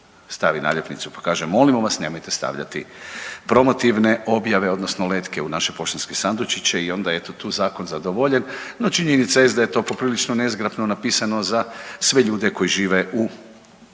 stavi naljepnicu pa kaže molimo vas, nemojte stavljati promotivne objave odnosno letke u naše poštanske sandučiće i onda eto, tu je zakon zadovoljen, no činjenica jest da je to poprilično nezgrapno napisano za sve ljude koji žive u